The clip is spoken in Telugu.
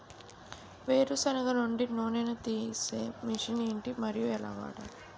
వేరు సెనగ నుండి నూనె నీ తీసే మెషిన్ ఏంటి? మరియు ఎలా వాడాలి?